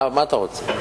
מה אתה רוצה?